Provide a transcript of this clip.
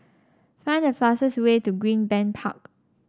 find the fastest way to Greenbank Park